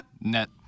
net